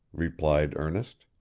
replied ernest,